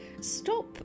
Stop